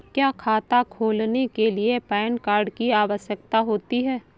क्या खाता खोलने के लिए पैन कार्ड की आवश्यकता होती है?